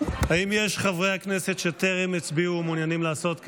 האם יש חברי הכנסת שטרם הצביעו ומעוניינים לעשות כן?